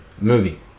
Movie